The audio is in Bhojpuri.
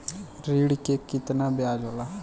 ऋण के कितना ब्याज होला?